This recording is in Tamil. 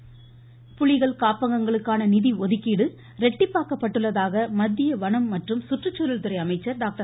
ஹர்ஷ்வர்தன் புலிகள் காப்பகங்களுக்கான நிதி ஒதுக்கீடு இரட்டிப்பாக்கப்பட்டுள்ளதாக மத்திய வனம் மற்றும் சுற்றுச்சூழல் துறை அமைச்சர் டாக்டர்